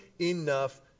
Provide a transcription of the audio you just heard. enough